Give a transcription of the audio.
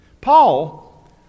Paul